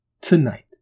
tonight